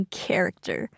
character